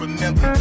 Remember